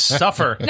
suffer